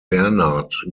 bernard